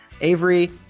Avery